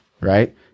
Right